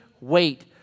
wait